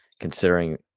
considering